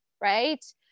right